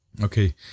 Okay